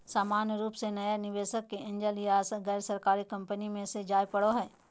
सामान्य रूप से नया निवेशक के एंजल या गैरसरकारी कम्पनी मे जाय पड़ो हय